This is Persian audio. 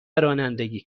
رانندگی